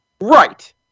Right